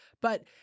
But-